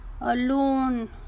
alone